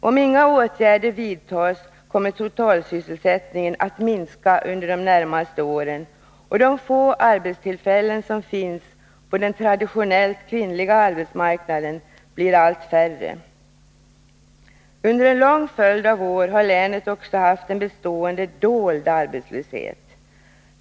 Om inga åtgärder vidtas kommer totalsysselsättningen att minska under de närmaste åren, och de få arbetstillfällen som finns på den traditionellt kvinnliga arbetsmarknaden blir allt färre. Under en lång följd av år har länet också haft en bestående dold arbetslöshet.